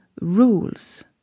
rules